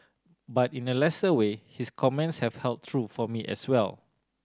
but in a lesser way his comments have held true for me as well